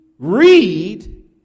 Read